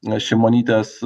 na šimonytės